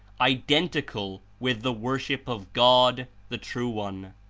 identical with the worship of god, the true one.